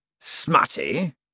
smutty